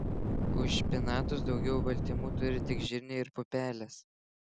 už špinatus daugiau baltymų turi tik žirniai ir pupelės